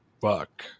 fuck